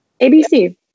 ABC